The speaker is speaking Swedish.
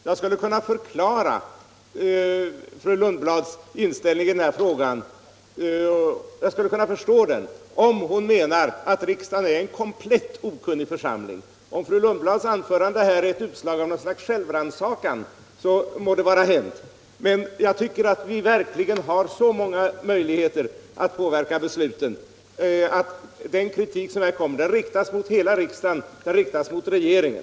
Jag skulle kunna förstå fru Lundblads inställning om hon menar att riksdagen är en komplett okunnig församling. Om fru Lundblads anförande här är ett utslag av något slags självrannsakan må det vara hänt! Vi har verkligen så många möjligheter att påverka besluten att jag upp lever det som om den kritik som här framställts riktas mot hela riksdagen och mot regeringen.